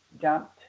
dumped